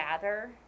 gather